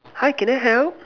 hi can I help